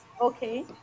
okay